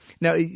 Now